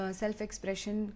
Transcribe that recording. self-expression